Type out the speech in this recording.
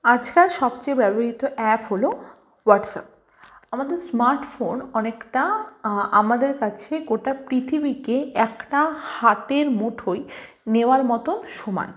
আজকাল সবচেয়ে ব্যবহৃত অ্যাপ হলো হোয়াটসঅ্যাপ আমাদের স্মার্টফোন অনেকটা আমাদের কাছে গোটা পৃথিবীকে একটা হাতের মুঠোয় নেওয়ার মতো সমান